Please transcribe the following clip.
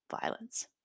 violence